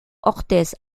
orthez